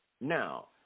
Now